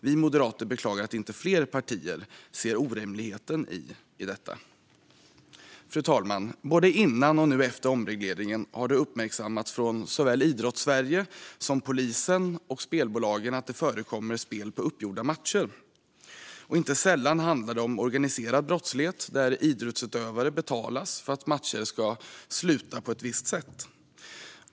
Vi moderater beklagar att inte fler partier ser orimligheten i detta. Fru talman! Både före och nu efter omregleringen har det uppmärksammats från såväl Idrottssverige som polisen och spelbolagen att det förekommer spel på uppgjorda matcher. Inte sällan handlar det om organiserad brottslighet där idrottsutövare betalas för att matcher ska sluta på ett visst sätt.